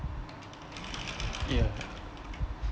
ya